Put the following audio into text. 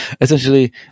Essentially